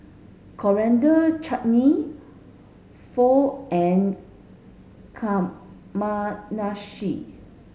Coriander Chutney Pho and Kamameshi